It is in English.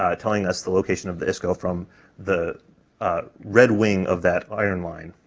ah telling us the location of the isco from the red wing of that iron line.